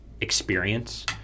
experience